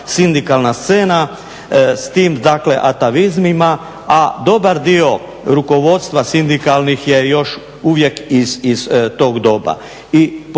sindikalna scena s tim dakle atavizmima a dobar dio rukovodstva sindikalnih još je uvijek iz tog doba.